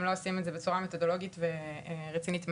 אם לא עושים את זה בצורה מתודולוגית ורצינית מהתחלה,